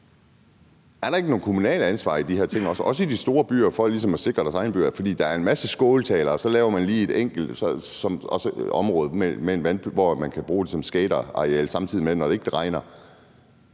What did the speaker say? er der ikke et kommunalt ansvar i de her ting også, også i de store byer, for ligesom at sikre deres egne byer? For der er en masse skåltaler, og så laver man lige et enkelt område, som man kan bruge som skaterareal, når det ikke regner.